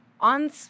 on